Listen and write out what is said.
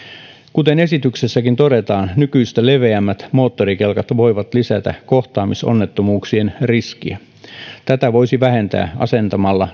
kuten esityksessäkin todetaan nykyistä leveämmät moottorikelkat voivat lisätä kohtaamisonnettomuuksien riskiä tätä voisi vähentää asentamalla